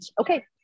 okay